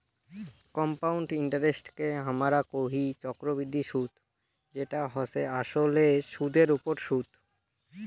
compound ইন্টারেস্টকে হামরা কোহি চক্রবৃদ্ধি সুদ যেটা হসে আসলে সুদের ওপর সুদ